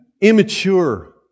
immature